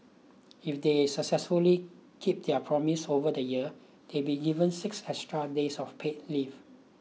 if they successfully keep their promise over the year they'll be given six extra days of paid leave